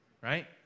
right